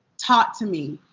taught to me,